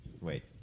Wait